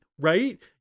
right